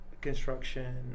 construction